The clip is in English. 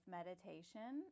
meditation